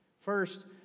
First